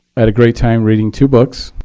i had a great time reading two books,